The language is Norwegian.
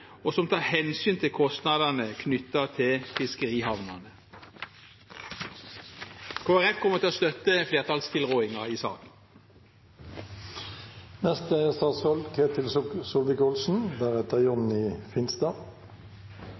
og som tar hensyn til kostnadene knyttet til fiskerihavnene. Kristelig Folkeparti kommer til å støtte flertallstilrådingen i saken. Vi opplever veldig spennende tider innenfor norsk fiskerinæring. Det er